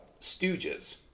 stooges